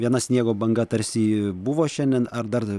viena sniego banga tarsi buvo šiandien ar dar